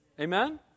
Amen